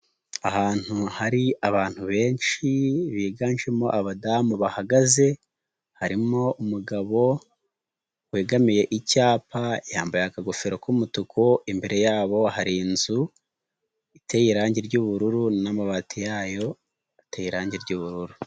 Ahantu hari abantu benshi biganjemo abadamu bahagaze, harimo umugabo wegamiye icyapa yambaye akagofero k'umutuku, imbere yabo hari inzu iteye irangi ry'ubururu n'amabati yayo ateye irangi ry'ubururu.